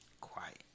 Quiet